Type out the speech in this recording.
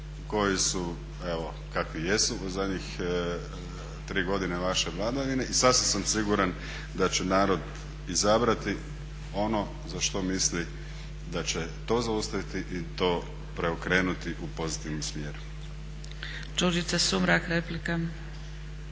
koji su evo kakvi jesu u zadnjih 3 godine vaše vladavine i sasvim sam siguran da će narod izabrati ono za što misli da će to zaustaviti i to preokrenuti u pozitivnom smjeru.